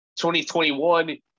2021